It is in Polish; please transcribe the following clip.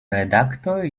redaktor